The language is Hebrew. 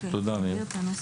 תודה מירי.